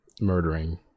murdering